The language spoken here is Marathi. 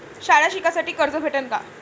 शाळा शिकासाठी कर्ज भेटन का?